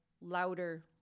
louder